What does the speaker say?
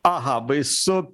aha baisu